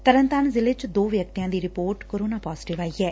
ਤਰਨਤਾਰਨ ਜ਼ਿਲੇ ਚ ਦੋਂ ਵਿਅਕਤੀਆਂ ਦੀ ਰਿਪੋਰਟ ਕੋਰੋਨਾ ਪਾਜ਼ੇਟਿਵ ਆਈ ਐ